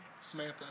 Samantha